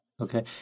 Okay